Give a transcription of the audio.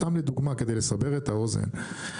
סתם לדוגמא כדי לסבר את האוזן,